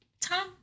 Tom